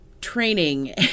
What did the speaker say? training